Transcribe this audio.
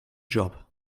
job